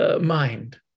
mind